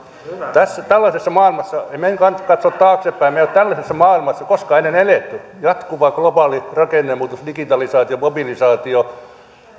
seuraukset tällaisessa maailmassa meidän ei kannata katsoa taaksepäin me emme ole tällaisessa maailmassa koskaan ennen eläneet jatkuva globaali rakennemuutos digitalisaatio mobilisaatio